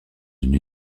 une